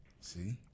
See